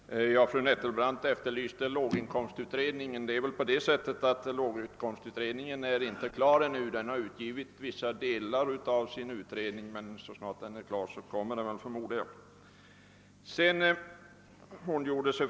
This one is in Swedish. Herr talman! Fru Nettelbrandt efterlyste resultat från låginkomstutredningen. Denna utredning är inte färdig med sitt arbete ännu. Den har framlagt vissa delresultat av sitt arbete, men så snart arbetet är färdigt kommer utredningen att framlägga slutresultatet av sitt arbete, förmodar jag.